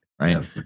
right